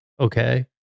Okay